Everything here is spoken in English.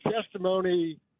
testimony